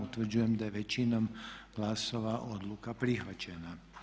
Utvrđujem da je većinom glasova odluka prihvaćena.